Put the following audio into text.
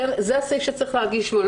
זה הסעיף שצריך להגיש בו,